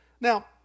Now